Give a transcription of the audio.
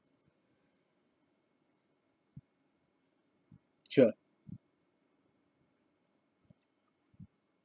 sure